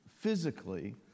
physically